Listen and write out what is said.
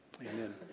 Amen